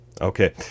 Okay